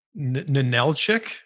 Ninelchik